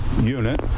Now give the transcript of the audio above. unit